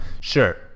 Sure